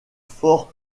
fort